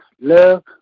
love